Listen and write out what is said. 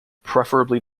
preferably